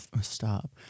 Stop